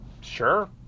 Sure